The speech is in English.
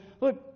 Look